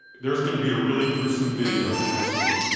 there's going to be a really gruesome video the next week,